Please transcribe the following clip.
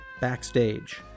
backstage